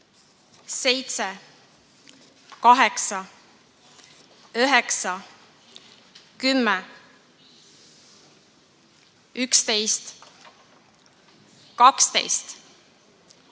7, 8, 9, 10, 11, 12,